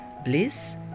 bliss